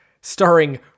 starring